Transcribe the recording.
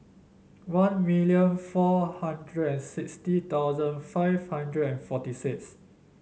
one million four hundred and sixty thousand five hundred and forty six